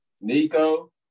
Nico